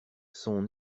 son